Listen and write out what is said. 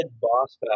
boss